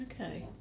Okay